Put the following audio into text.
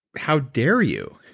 how dare you?